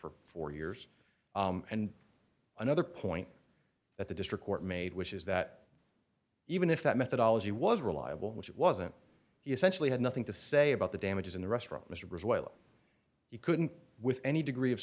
for four years and another point that the district court made which is that even if that methodology was reliable which it wasn't he essentially had nothing to say about the damages in the restaurant mister you couldn't with any degree of